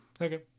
okay